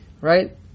Right